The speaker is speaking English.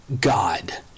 God